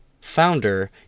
founder